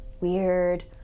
Weird